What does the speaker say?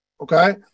Okay